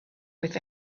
with